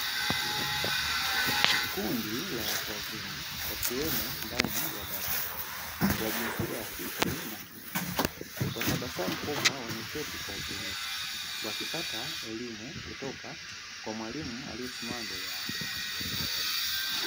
Kundi la watu wazima ,wakiwemo ndani ya darasa ,wa jinsia ya kike na kiume, kwa tabasamu kubwa wakiketi kwa utulivu wakipata elimu kutoka kwa mwalimu aliesimama mbele yao .